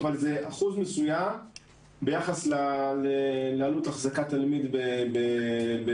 זה אחוז מסוים ביחס לעלות אחזקת תלמיד בפנימייה.